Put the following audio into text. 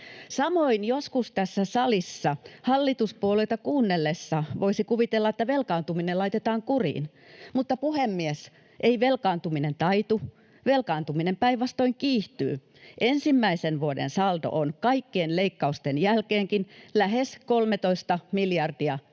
Samoin joskus tässä salissa hallituspuolueita kuunnellessa voisi kuvitella, että velkaantuminen laitetaan kuriin. Mutta, puhemies, ei velkaantuminen taitu — velkaantuminen päinvastoin kiihtyy. Ensimmäisen vuoden saldo on, kaikkien leikkausten jälkeenkin, lähes 13 miljardia lisävelkaa.